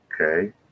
Okay